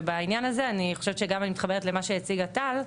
ובעניין הזה אני חושבת שגם אני מתחברת למה שהציגה טל,